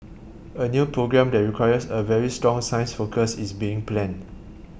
a new programme that requires a very strong science focus is being planned